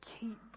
keep